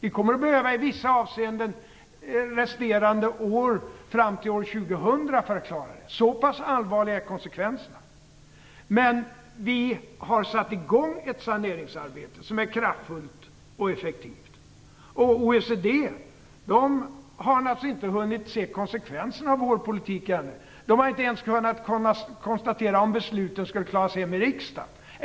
I vissa avseenden kommer vi att behöva resterande år fram till år 2000 för att klara det. Så pass allvarliga är konsekvenserna. Men vi har satt i gång ett saneringsarbete som är kraftfullt och effektivt. OECD har naturligtvis ännu inte hunnit se konsekvenserna av vår politik. De har inte ens kunnat konstatera om besluten skulle klaras hem i riksdagen.